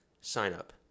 sign-up